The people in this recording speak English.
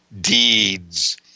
deeds